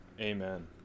Amen